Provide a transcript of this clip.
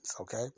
Okay